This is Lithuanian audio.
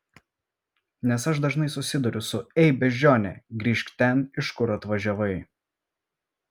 nes aš dažnai susiduriu su ei beždžione grįžk ten iš kur atvažiavai